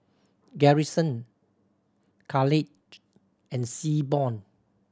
Garrison Caleigh and Seaborn